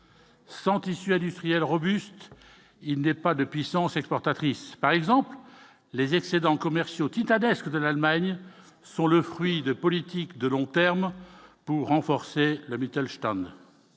sans tissu industriel robuste, il n'est pas de puissance exportatrice par exemple les excédents commerciaux titanesque de l'Allemagne sont le fruit de politiques de long terme pour renforcer le Mittelstand,